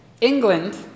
England